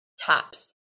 tops